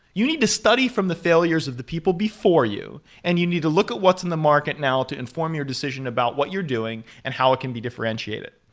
you need to study from the failures of the people before you and you need to look at what's in the market now to inform your decision about what you're doing and how it can be differentiated.